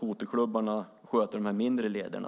Skoterklubbarna får väl sköta de mindre lederna.